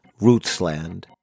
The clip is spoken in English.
Rootsland